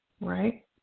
Right